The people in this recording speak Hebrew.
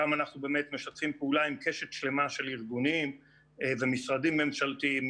שם אנחנו באמת משתפים פעולה עם קשת שלמה של ארגונים ומשרדים ממשלתיים,